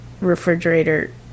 refrigerator